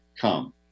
come